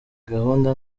gahunda